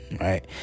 right